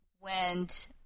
went